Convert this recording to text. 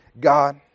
God